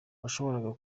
washoboraga